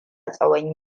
tsawon